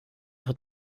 hat